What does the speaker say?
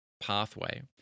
pathway